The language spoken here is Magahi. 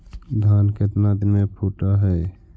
धान केतना दिन में फुट है?